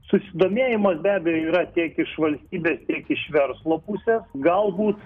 susidomėjimas be abejo yra tiek iš valstybės tiek iš verslo pusės galbūt